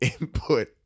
input